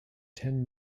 ten